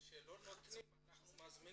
מה זה היא לא תירגע?